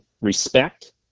respect